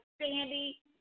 Sandy